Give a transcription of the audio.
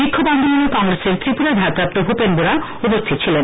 বিক্ষোভ আন্দোলনে কংগ্রেসের ত্রিপুরার ভারপ্রাপ্ত ভূপেন বোরাও উপস্থিত ছিলেন